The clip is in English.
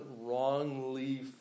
wrongly